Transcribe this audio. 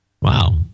Wow